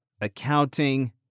accounting